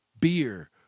beer